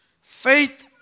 faith